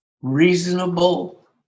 reasonable